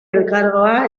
elkargoa